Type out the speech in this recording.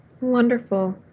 wonderful